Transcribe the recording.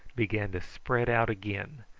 began to spread out again,